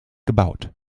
gebaut